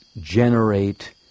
generate